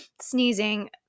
sneezing